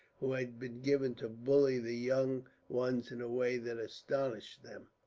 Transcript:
who had been given to bully the young ones, in a way that astonished them.